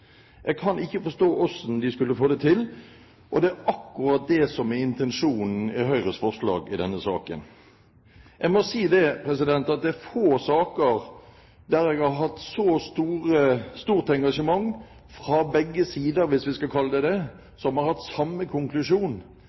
Jeg kan ikke forstå hvordan de skulle få det til, og det er akkurat det som er intensjonen i Høyres forslag i denne saken. Jeg må si at det er få saker der det har vært så stort engasjement fra begge sider – hvis vi skal kalle det det – som har hatt samme konklusjon: